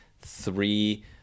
three